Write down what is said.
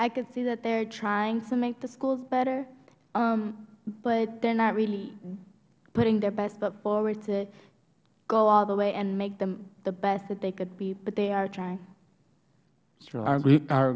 i can see that they are trying to make the schools better but they are not really putting their best foot forward to go all the way and make them the best that they could be but they are